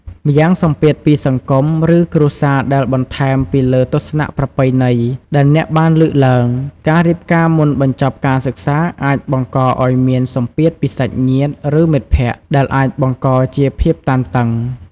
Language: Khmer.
ម្យ៉ាងសម្ពាធពីសង្គម ឬ គ្រួសារដែល បន្ថែមពីលើទស្សនៈប្រពៃណីដែលអ្នកបានលើកឡើង ការរៀបការមុនបញ្ចប់ការសិក្សាអាចបង្កឱ្យមានសម្ពាធពីសាច់ញាតិ ឬមិត្តភក្តិ ដែលអាចបង្កជាភាពតានតឹង។